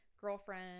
girlfriend